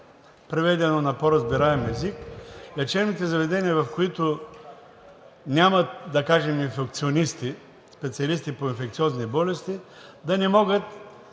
преведено на по-разбираем език, че лечебните заведения, в които нямат, да кажем, инфекционисти, специалисти по инфекциозни болести, да не могат